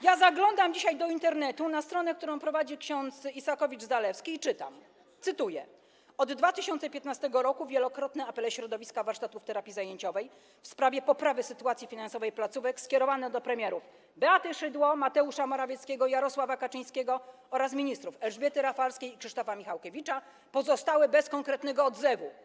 Ja zaglądam dzisiaj do Internetu na stronę, którą prowadzi ks. Isakowicz-Zaleski, i czytam: „Od 2015 r. wielokrotne apele środowiska warsztatów terapii zajęciowej w sprawie poprawy sytuacji finansowej placówek skierowane do premierów: Beaty Szydło, Mateusza Morawieckiego, Jarosława Kaczyńskiego, oraz ministrów Elżbiety Rafalskiej i Krzysztofa Michałkiewicza pozostały bez konkretnego odzewu”